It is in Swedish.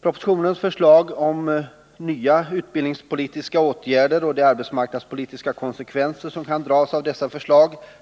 Propositionens förslag om nya utbildningspolitiska åtgärder och de arbetsmarknadspolitiska konsekvenser som kan dras av dessa